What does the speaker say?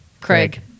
Craig